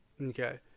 okay